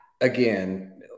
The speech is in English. Again